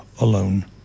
Alone